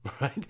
right